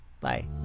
bye